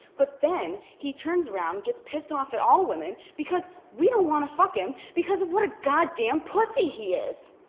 but then, he turns around and gets pissed off at all women because we don't want to fuck him because of what a goddamn pussy he is.